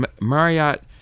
Marriott –